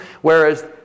whereas